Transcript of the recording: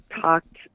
talked